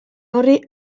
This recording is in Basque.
horri